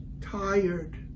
tired